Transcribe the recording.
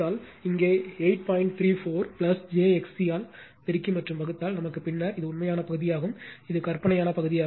34 j XC ஆல் பெருக்கி மற்றும் வகுத்தால் நமக்கு பின்னர் இது உண்மையான பகுதியாகும் இது கற்பனையான பகுதியாகும்